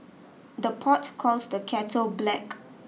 the pot calls the kettle black